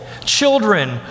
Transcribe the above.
children